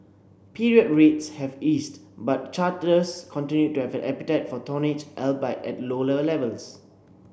period rates have eased but charterers continued to have an appetite for tonnage albeit at lower levels